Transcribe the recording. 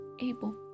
able